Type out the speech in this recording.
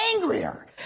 angrier